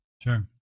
sure